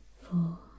four